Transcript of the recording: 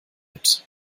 mit